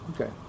Okay